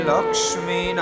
Lakshmi